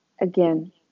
Again